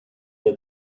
near